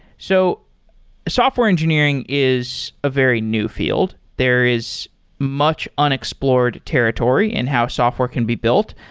so software engineering is a very new field. there is much unexplored territory in how software can be built.